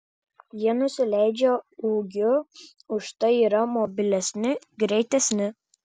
jie nusileidžia ūgiu užtai yra mobilesni greitesni